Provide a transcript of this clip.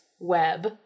web